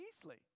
easily